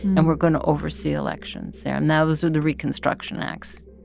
and we're going to oversee elections there. and those were the reconstruction acts.